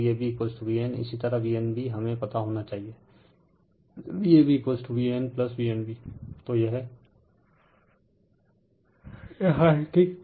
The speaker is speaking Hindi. तो Vab Van इसी तरह Vnb हमें पता होना चाहिए Vab Van Vnb